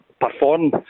perform